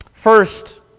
First